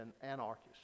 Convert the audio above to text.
anarchist